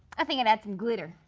i think i'd add some glitter.